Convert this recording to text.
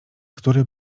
który